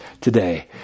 today